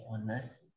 honest